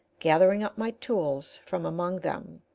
gathering up my tools from among them,